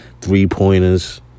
three-pointers